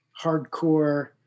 hardcore